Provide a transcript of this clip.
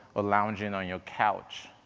or lounging on your couch.